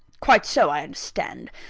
quite so i understand.